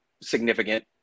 significant